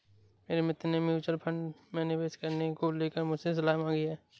मेरे मित्र ने म्यूच्यूअल फंड में निवेश करने को लेकर मुझसे सलाह मांगी है